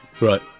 right